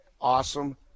awesome